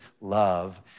love